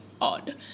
odd